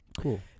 cool